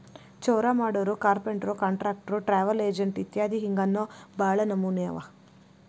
ಚೌರಾಮಾಡೊರು, carpenter, contractor, travel agent ಇತ್ಯದಿ ಹಿಂಗ್ ಇನ್ನೋ ಭಾಳ್ ನಮ್ನೇವ್ ಅವ